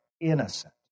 innocent